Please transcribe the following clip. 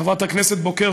חברת הכנסת בוקר,